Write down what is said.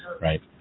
right